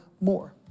more